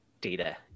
data